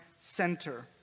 center